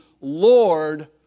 Lord